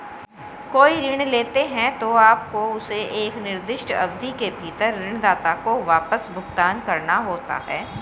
कोई ऋण लेते हैं, तो आपको उसे एक निर्दिष्ट अवधि के भीतर ऋणदाता को वापस भुगतान करना होता है